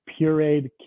pureed